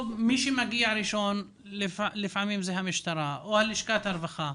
מי שמגיע ראשון לפעמים זו המשטרה או לשכת הרווחה.